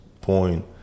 point